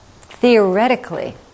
theoretically